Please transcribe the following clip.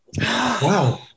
wow